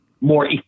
more